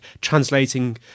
translating